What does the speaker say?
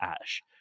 Ash